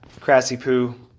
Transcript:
crassy-poo